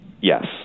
yes